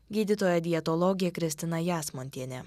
gydytoja dietologė kristina jasmontienė